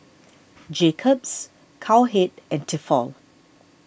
Jacob's Cowhead and Tefal